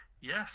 Yes